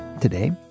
Today